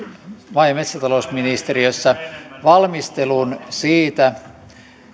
maa ja metsätalousministeriössä valmistelun siitä